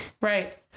Right